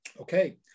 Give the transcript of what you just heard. Okay